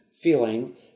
feeling